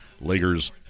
Lakers